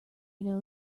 your